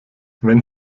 wenn